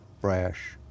brash